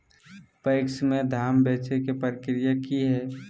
PACS में धाम बेचे के प्रक्रिया की हय?